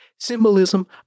symbolism